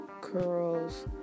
curls